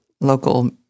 local